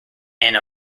anna